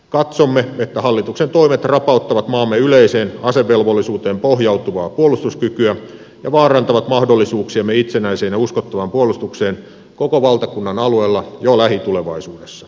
katsomme että hallituksen toimet rapauttavat maamme yleiseen asevelvollisuuteen pohjautuvaa puolustuskykyä ja vaarantavat mahdollisuuksiamme itsenäiseen ja uskottavaan puolustukseen koko valtakunnan alueella jo lähitulevaisuudessa